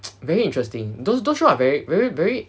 very interesting those shows are very very very